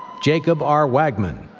jacob r. wagman.